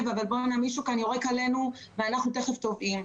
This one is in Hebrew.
אבל מישהו כאן יורק עלינו ואנחנו תיכף טובעים.